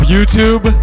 YouTube